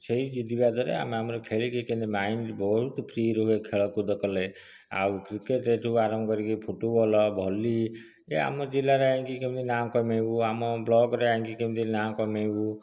ସେହି ଜିଦିବାଦରେ ଆମେ ଆମର ଖେଳିକି କେମିତି ମାଇଣ୍ଡ୍ ବହୁତ ଫ୍ରୀ ରୁହେ ଖେଳକୁଦ କଲେ ଆଉ କ୍ରିକେଟ୍ଠୁ ଆରମ୍ଭ କରିକି ଫୁଟ୍ବଲ୍ ଭଲ୍ଲି ଆମ ଜିଲ୍ଲାରେ ଯାଇକି ନାଁ କମେଇବୁ ଆମ ବ୍ଲକ୍ରେ ଯାଇକି କେମିତି ନାଁ କମେଇବୁ